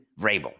Vrabel